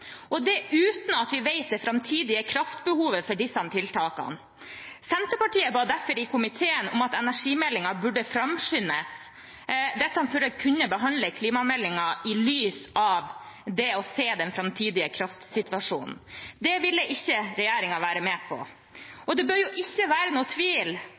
kraft, og det uten at vi kjenner det framtidige kraftbehovet for disse tiltakene. Senterpartiet ba derfor i komiteen om at energimeldingen burde framskyndes – dette for å kunne behandle klimameldingen i lys av den framtidige kraftsituasjonen. Det ville ikke regjeringen være med på. Det bør ikke være noen tvil